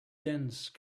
dense